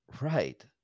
Right